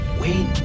Wait